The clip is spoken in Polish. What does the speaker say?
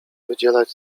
wydzielać